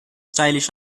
stylish